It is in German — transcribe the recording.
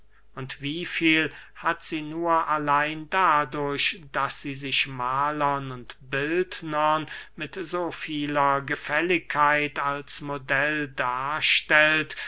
und wie viel hat sie nur allein dadurch daß sie sich mahlern und bildnern mit so vieler gefälligkeit als modell darstellt